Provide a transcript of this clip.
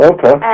Okay